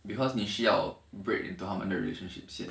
because 你需要 break into 他们的 relationship 先